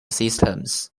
systems